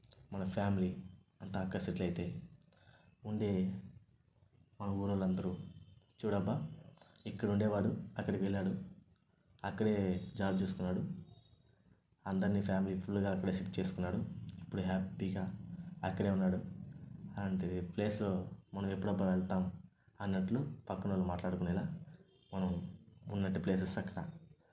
మన ఫ్యామిలీ అంతా అక్కడే సెటిల్ అయితే ఉండే మన ఊరీ వాళ్ళు అందరూ చూడబ్బా ఇక్కడ ఉండేవాడు అక్కడికి వెళ్ళాడు అక్కడే జాబ్ చేస్తున్నాడు అందర్నీ ఫ్యామిలీ ఫుల్గా అక్కడే సెట్ చేసుకున్నాడు ఇప్పుడు హ్యాపీగా అక్కడే ఉన్నాడు అలాంటి ప్లేస్ మనం ఎప్పుడు అబ్బా వెళ్తాం అన్నట్టు పక్కన వాళ్లు మాట్లాడుకునేలా మనం ఉన్నటి ప్లేసెస్ అక్కడ